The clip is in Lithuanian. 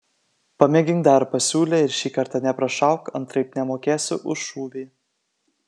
pamėgink dar pasiūlė ir šį kartą neprašauk antraip nemokėsiu už šūvį